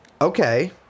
Okay